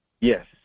Yes